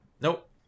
Nope